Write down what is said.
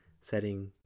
setting